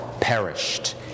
perished